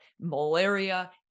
malaria